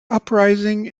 uprising